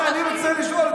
אני רוצה לשאול,